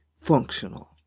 functional